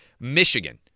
Michigan